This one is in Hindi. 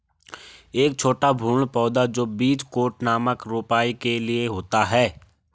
एक छोटा भ्रूण पौधा जो बीज कोट नामक रोपाई के लिए होता है